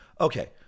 Okay